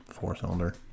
Four-cylinder